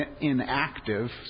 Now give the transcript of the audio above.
inactive